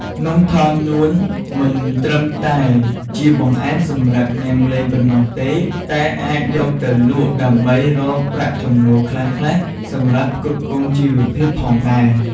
នំថងនួនមិនត្រឹមតែជាបង្អែមសម្រាប់ញ៉ាំលេងប៉ុណ្ណោះទេ តែអាចយកទៅលក់ដើម្បីរកប្រាក់ចំណូលខ្លះៗ សម្រាប់ផ្គត់ផ្គង់ជីវភាពផងដែរ។